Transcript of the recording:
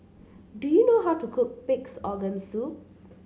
do you know how to cook Pig's Organ Soup